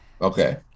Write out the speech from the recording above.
okay